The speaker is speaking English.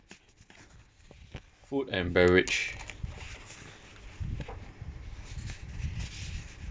food and beverage